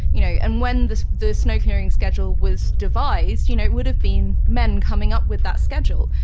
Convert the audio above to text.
you know and when the the snow-clearing schedule was devised, you know it would've been men coming up with that schedule,